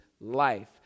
life